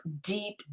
deep